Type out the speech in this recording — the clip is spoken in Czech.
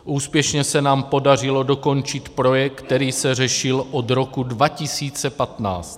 Úspěšně se nám podařilo dokončit projekt, který se řešil od roku 2015.